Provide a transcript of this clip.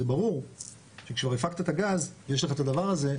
זה ברור שכשכבר הפקת את הגז ויש לך את הדבר הזה,